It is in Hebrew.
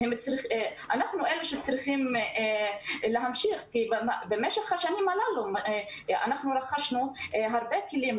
אנחנו אלה שצריכים להמשיך כי במשך השנים הללו אנחנו רכשנו הרבה כלים,